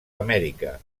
amèrica